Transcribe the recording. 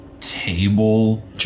table